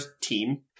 team